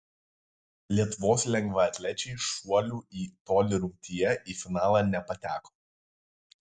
lietuvos lengvaatlečiai šuolių į tolį rungtyje į finalą nepateko